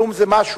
כלום זה משהו.